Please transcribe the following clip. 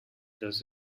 thus